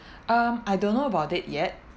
um I don't know about it yet